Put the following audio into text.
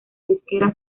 disquera